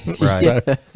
Right